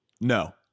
no